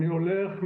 ואני הולך,